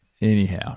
Anyhow